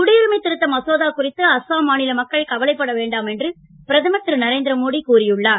குடியுரிமை திருத்த மசோதா குறித்து அஸ்ஸாம் மாநில மக்கள் கவலைப்பட வேண்டாம் என்று பிரதமர் திரு நரேந்திர மோடி கூறியுள்ளார்